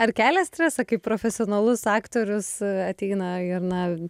ar kelia stresą kaip profesionalus aktorius ateina ir na